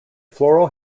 floral